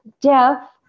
deaf